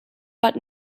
but